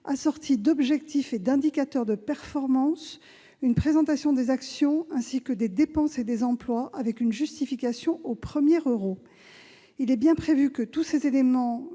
assortie d'objectifs et d'indicateurs de performance, une présentation des actions ainsi que des dépenses et des emplois avec une justification au premier euro. Tous les éléments